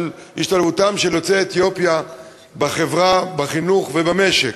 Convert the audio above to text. להשתלבותם של יוצאי אתיופיה בחברה, בחינוך ובמשק.